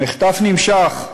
המחטף נמשך,